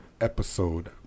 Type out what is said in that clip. episode